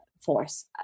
force